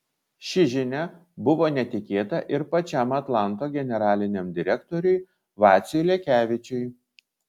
ši žinia buvo netikėta ir pačiam atlanto generaliniam direktoriui vaciui lekevičiui